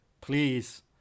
please